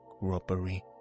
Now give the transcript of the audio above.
robbery